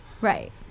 Right